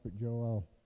Joel